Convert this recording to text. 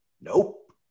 nope